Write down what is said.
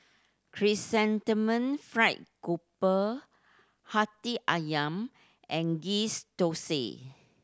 Chrysanthemum Fried Grouper Hati Ayam and ghee's thosai